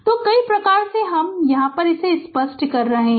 तो कई प्रकार के हमे इसे यहाँ स्पष्ट करने दें